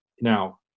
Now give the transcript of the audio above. Now